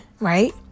right